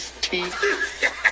teeth